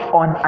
on